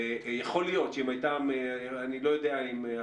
כלומר, מה שקורה זה שהרבה